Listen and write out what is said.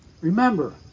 Remember